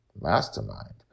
Mastermind